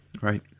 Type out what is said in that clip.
Right